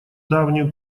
давнюю